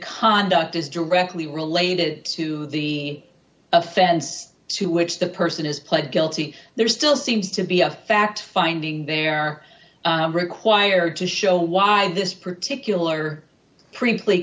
conduct is directly related to the offense to which the person is pled guilty there still seems to be a fact finding there wired to show why this particular previously